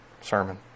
sermon